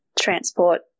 transport